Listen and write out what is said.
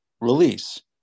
release